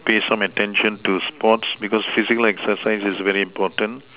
pay some attention to sports because physical exercise is very important